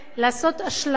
לעשות השלמה